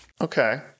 okay